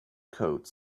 coat